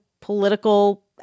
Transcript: political